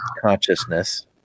consciousness